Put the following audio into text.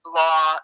law